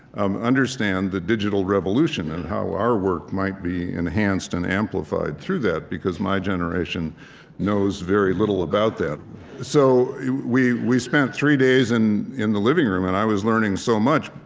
um understand the digital revolution and how our work might be enhanced and amplified through that because my generation knows very little about that so we we spent three days in in the living room, and i was learning so much.